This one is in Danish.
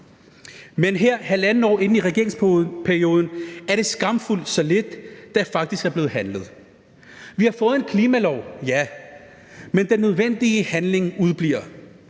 Men her halvandet år inde i regeringsperioden er det skamfuldt så lidt, der faktisk er blevet handlet. Vi har fået en klimalov – ja – men den nødvendige handling udebliver.